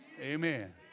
Amen